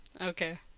Okay